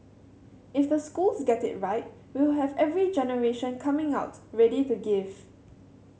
if the schools get it right we will have every generation coming out ready to give